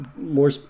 more